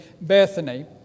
Bethany